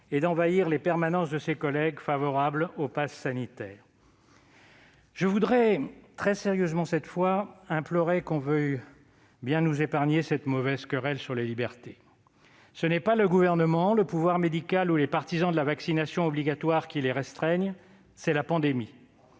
et à envahir les permanences de ses collègues favorables au passe sanitaire. Je voudrais, cette fois plus sérieusement, implorer que l'on veuille bien nous épargner cette mauvaise querelle sur les libertés. Ce n'est pas le Gouvernement, le pouvoir médical ou les partisans de la vaccination obligatoire qui les restreignent, c'est la pandémie.